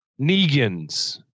Negans